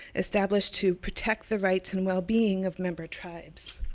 established to protect the rights and well being of member tribes.